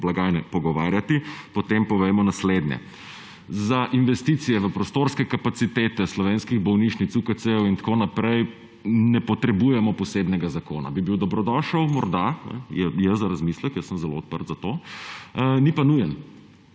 blagajne, potem povejmo naslednje: za investicije v prostorske kapacitete slovenskih bolnišnic, UKC-jev in tako naprej ne potrebujemo posebnega zakona, bi bil dobrodošel morda, je za razmisliti, sam sem zelo odprt za to, ni pa nujen.